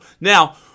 Now